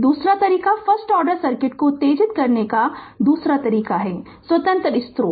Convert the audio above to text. दूसरा तरीका first order circuit को उत्तेजित करने का दूसरा तरीका हैस्वतंत्र स्रोत